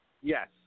Yes